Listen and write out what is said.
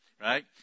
right